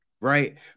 Right